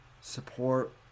support